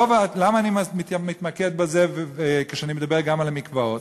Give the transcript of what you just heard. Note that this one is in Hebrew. למה אני מתמקד בזה כשאני מדבר גם על המקוואות?